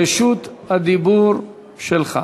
רשות הדיבור שלך.